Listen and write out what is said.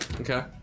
Okay